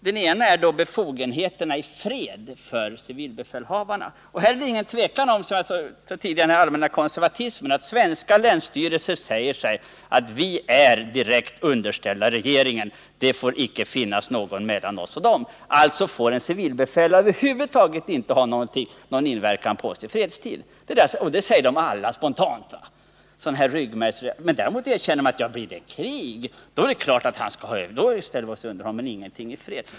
Den ena är befogenheterna i fred för civilbefälhavarna. Här är det ingen tvekan om — det hör till den allmänna konservatismen — att svenska länsstyrelser säger: Vi är direkt underställda regeringen. Det får icke finnas någon mellan oss och den. Alltså får en civilbefälhavare över huvud taget inte ha någon inverkan på oss i fredstid. Det säger de alla spontant — det är något av en ryggmärgsreaktion. Däremot erkänner länsstyrelserna att blir det krig, då ställer de sig under civilbefälhavaren.